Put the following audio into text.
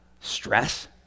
stress